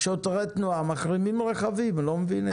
שוטרי תנועה מחרימים רכבים, אני לא מבין את זה.